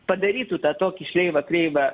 padarytų tą tokį šleivą kreivą